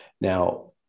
Now